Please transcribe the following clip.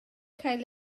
cael